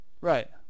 Right